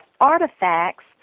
artifacts